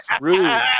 rude